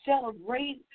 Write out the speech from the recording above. celebrate